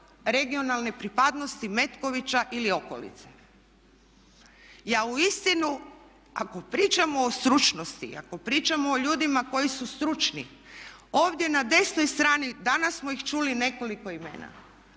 regionalne pripadnosti Metkovića ili okolice. Ja uistinu ako pričamo o stručnosti i ako pričamo o ljudima koji su stručni, ovdje na desnoj strani dana smo ih čuli nekoliko imena.